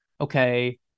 okay